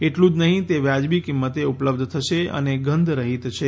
એટલું જ નહીં તે વાજબી કિંમતે ઉપલબ્ધ થશે અને ગંધ રહિત છે